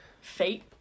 fate